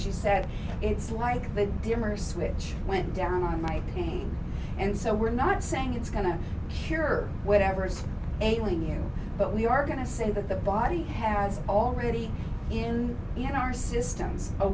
she said it's like the dimmer switch went down on my pain and so we're not saying it's going to cure whatever's ailing you but we are going to say that the body has already in in our systems a